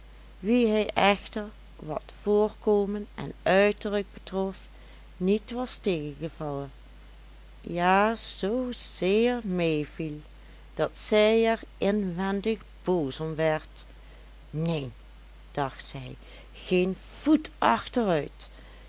wie hij echter wat voorkomen en uiterlijk betrof niet was tegengevallen ja zoo zeer meeviel dat zij er inwendig boos om werd neen dacht zij geen voet achteruit